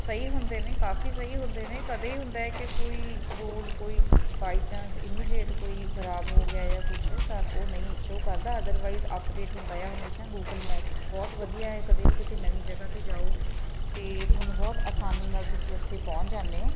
ਸਹੀ ਹੁੰਦੇ ਨੇ ਕਾਫੀ ਸਹੀ ਹੁੰਦੇ ਨੇ ਕਦੇ ਹੁੰਦਾ ਕਿ ਕੋਈ ਰੋਡ ਕੋਈ ਬਾਏ ਚਾਂਸ ਇਮੀਡੀਏਟ ਕੋਈ ਖਰਾਬ ਹੋ ਗਿਆ ਜਾਂ ਕੁਛ ਤਾਂ ਉਹ ਨਹੀਂ ਸ਼ੋਅ ਕਰਦਾ ਅਦਰਵਾਈਜ਼ ਅਪਡੇਟ ਹੁੰਦਾ ਆ ਹਮੇਸ਼ਾਂ ਗੂਗਲ ਮੈਕਸ ਬਹੁਤ ਵਧੀਆ ਕਦੇ ਵੀ ਕਿਸੇ ਨਵੀਂ ਜਗ੍ਹਾ 'ਤੇ ਜਾਓ ਅਤੇ ਤੁਹਾਨੂੰ ਬਹੁਤ ਆਸਾਨੀ ਨਾਲ ਤੁਸੀਂ ਉੱਥੇ ਪਹੁੰਚ ਜਾਂਦੇ ਹੋ